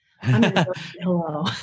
Hello